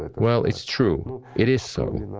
well, it's true, it is so.